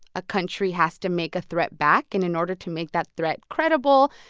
a country has to make a threat back. and in order to make that threat credible,